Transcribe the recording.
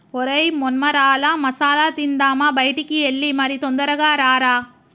ఒరై మొన్మరాల మసాల తిందామా బయటికి ఎల్లి మరి తొందరగా రారా